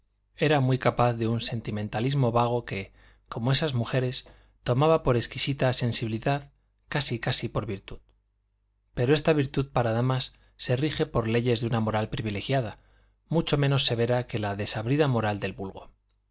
era muy capaz de un sentimentalismo vago que como esas mujeres tomaba por exquisita sensibilidad casi casi por virtud pero esta virtud para damas se rige por leyes de una moral privilegiada mucho menos severa que la desabrida moral del vulgo